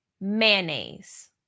mayonnaise